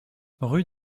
rue